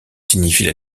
signifient